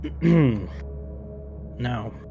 now